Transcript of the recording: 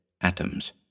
atoms